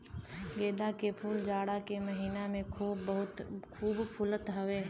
गेंदा के फूल जाड़ा के महिना में खूब फुलत हौ